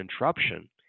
interruption